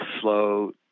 slow